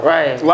Right